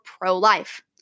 pro-life